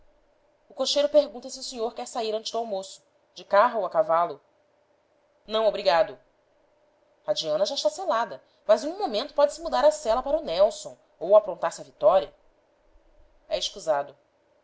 o cocheiro pergunta se o senhor quer sair antes do almoço de carro ou a cavalo não obrigado a diana já está selada mas em um momento pode-se mudar a sela para o nélson ou aprontar se a vitória é escusado